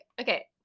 okay